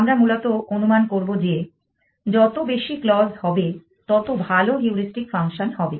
আমরা মূলত অনুমান করব যে যত বেশি ক্লজ হবে তত ভালো হিউড়িস্টিক ফাংশন হবে